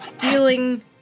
dealing